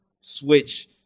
switch